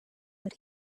but